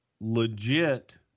legit